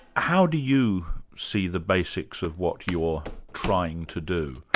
how do you see the basics of what you're trying to do,